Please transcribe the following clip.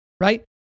right